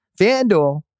FanDuel